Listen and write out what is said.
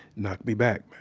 knocked me back,